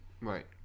right